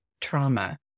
trauma